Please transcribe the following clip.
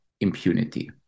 impunity